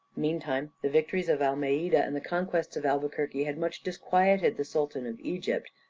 meantime the victories of almeida, and the conquests of albuquerque had much disquieted the sultan of egypt.